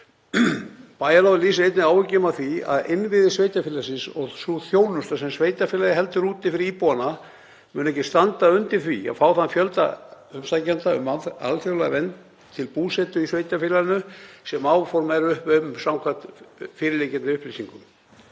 Bæjarráð lýsir einnig áhyggjum af því að innviðir sveitarfélagsins og sú þjónusta sem sveitarfélagið heldur úti fyrir íbúana muni ekki standa undir því að fá þann fjölda umsækjenda um alþjóðlega vernd til búsetu í sveitarfélaginu sem áform eru uppi um samkvæmt fyrirliggjandi upplýsingum.